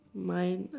mine